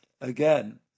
again